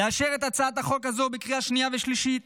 לאשר את הצעת החוק הזו בקריאה שנייה ושלישית